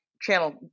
channel